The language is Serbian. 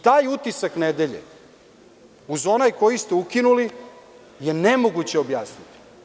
Taj utisak nedelje, uz onaj koji ste ukinuli, je nemoguće objasniti.